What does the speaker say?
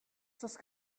just